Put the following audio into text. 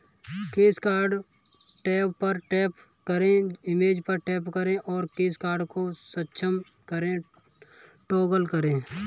cash card tab पर tap करें, image पर टैप करें और कैश कार्ड को सक्षम करें टॉगल करें